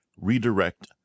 redirect